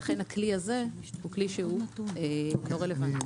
לכן הכלי הזה הוא כלי שהוא לא רלוונטי.